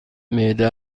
معده